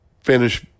finish